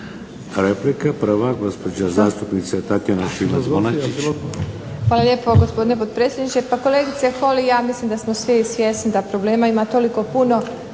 Replike. Prva, gospođa zastupnica Tatjana Šimac-Bonačić.